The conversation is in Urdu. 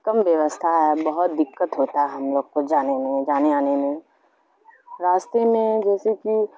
کم ویوستھا ہے بہت دقت ہوتا ہے ہم لوگ کو جانے میں جانے آنے میں راستے میں جیسے کی